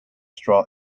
straw